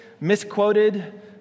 misquoted